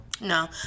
No